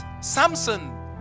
Samson